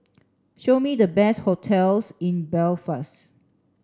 show me the best hotels in Belfast